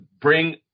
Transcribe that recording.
bring